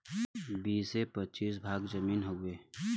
बीसे पचीस भाग जमीन हउवे